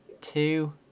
two